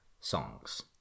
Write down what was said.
songs